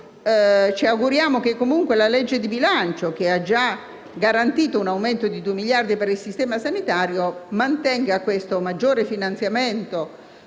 Ci auguriamo che la legge di bilancio, che ha già garantito un aumento di due miliardi di euro per il sistema sanitario, mantenga questo maggiore finanziamento